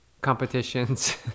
competitions